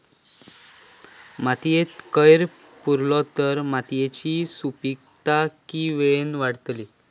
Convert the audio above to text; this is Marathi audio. मातयेत कैर पुरलो तर मातयेची सुपीकता की वेळेन वाडतली?